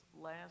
Last